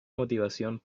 motivación